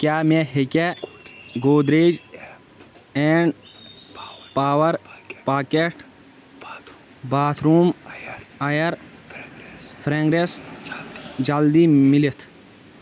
کیٛاہ مےٚ ہیٚکیٛاہ Godrej and power pocket bathroom air fragrance جلدِی میٖلِتھ